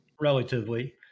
relatively